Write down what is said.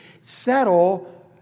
settle